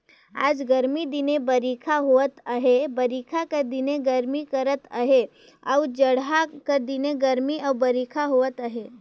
आएज गरमी दिने बरिखा होवत अहे बरिखा कर दिने गरमी करत अहे अउ जड़हा कर दिने गरमी अउ बरिखा होवत अहे